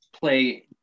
play